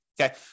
Okay